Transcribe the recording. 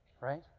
Right